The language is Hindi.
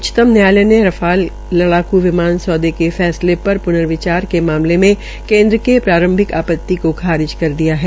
उच्चतम न्यायाल ने रफ़ाल लड़ाकू विभाग सौदे के फैसले पर पूर्न विचार को मामले मे केन्द्र के प्रांरभिक आपति को खारिज कर दिया है